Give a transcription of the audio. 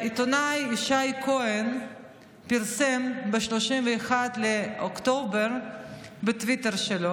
העיתונאי ישי כהן פרסם ב-31 באוקטובר בטוויטר שלו,